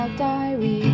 diary